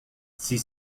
sie